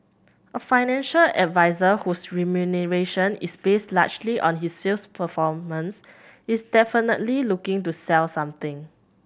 a financial advisor whose remuneration is based largely on his sales performance is definitely looking to sell something